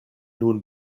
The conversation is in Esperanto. nun